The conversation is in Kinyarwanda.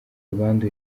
rwanda